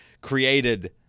created